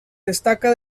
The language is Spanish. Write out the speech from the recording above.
destaca